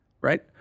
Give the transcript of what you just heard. right